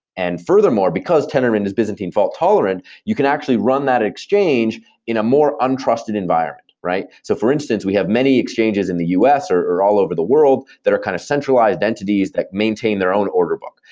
and furthermore, because tendermint is byzantine fault tolerant, you can actually run that exchange in a more un-trusted environment, right? so for instance, we have many exchanges in the u s. or or all over the world that are kind of centralized entities that maintain their own order book.